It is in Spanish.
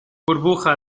burbuja